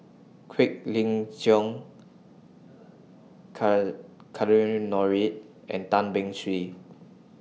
Quek Ling Nordin and Tan Beng Swee